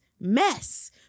Mess